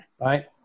right